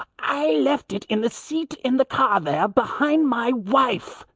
i left it in the seat in the car there behind my wife,